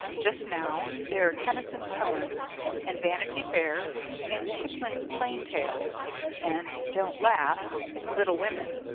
just now, they're tennyson's poems and vanity fair and kipling's plain tales and don't laugh little women.